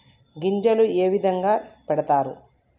గింజలు ఏ విధంగా పెడతారు?